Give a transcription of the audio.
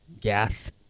gas